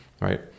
right